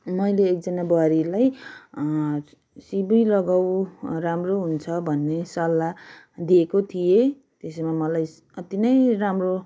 मैले एकजना बुहारीलाई सिमी लगाऊ राम्रो हुन्छ भन्ने सल्लाह दिएको थिएँ त्यसमा मलाई अति नै राम्रो